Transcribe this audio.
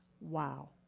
Wow